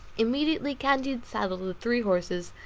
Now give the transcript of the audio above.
immediately candide saddled the three horses,